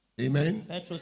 Amen